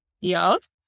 Yes